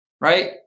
right